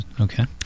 Okay